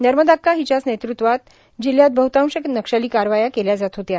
नर्मदाक्का हिच्याच नेतृत्वात जिल्ह्यात बहतांश नक्षली कारवाया केल्या जात होत्या